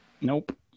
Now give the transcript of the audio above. nope